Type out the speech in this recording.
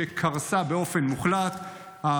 שקרסה באופן מוחלט,